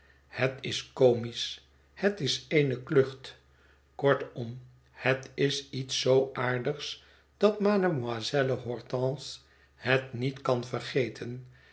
het is comisch het is eene klucht kortom het is iets zoo aardigs dat mademoiselle hortense het niet kan vergeten